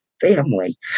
family